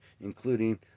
including